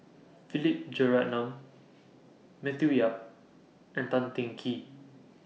Philip Jeyaretnam Matthew Yap and Tan Teng Kee